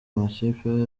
amakipe